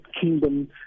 Kingdom